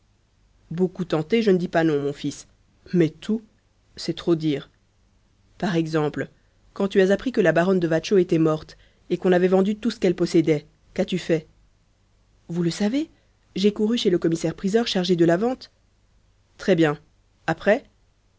beaucoup tenté je ne dis pas non mon fils mais tout c'est trop dire par exemple quand tu as appris que la baronne de watchau était morte et qu'on avait vendu tout ce qu'elle possédait qu'as-tu fait vous le savez j'ai couru chez le commissaire-priseur chargé de la vente très-bien après